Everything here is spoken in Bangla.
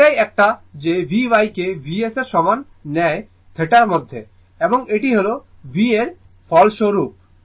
তো এটাই একটা যে Vy কে Vs এর সমান নেয় θ র মধ্যে এবং এটি হল v এর ফলস্বরূপ